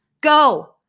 Go